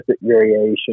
variation